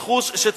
כמה?